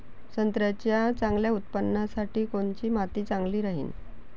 संत्र्याच्या चांगल्या उत्पन्नासाठी कोनची माती चांगली राहिनं?